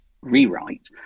rewrite